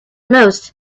most